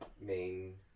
main